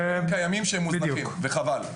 יש מתקנים קיימים שהם מוזנחים, וחבל.